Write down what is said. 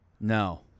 No